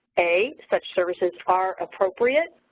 a, such services are appropriate,